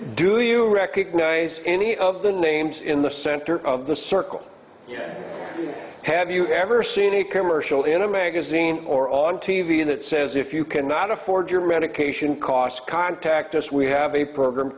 do you recognize any of the names in the center of the circle have you ever seen a commercial in a magazine or on t v that says if you cannot afford your medication costs contact us we have a program